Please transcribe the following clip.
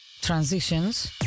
Transitions